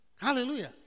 Hallelujah